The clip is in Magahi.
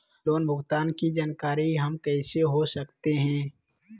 लोन भुगतान की जानकारी हम कैसे हो सकते हैं?